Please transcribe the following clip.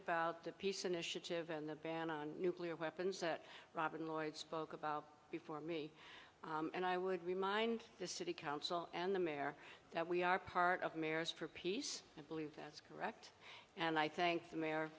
about the peace initiative and the ban on nuclear weapons that robin lloyd spoke about before me and i would remind the city council and the mare that we are part of mayors for peace i believe that's correct and i think the mayor